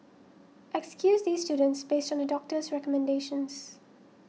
excuse these students based on a doctor's recommendations